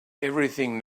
everything